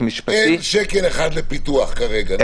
משפטי --- אין שקל אחד לפיתוח כרגע נכון לעכשיו.